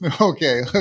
Okay